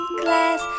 glass